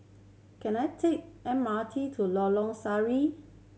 can I take M R T to Lorong Sari